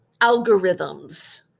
algorithms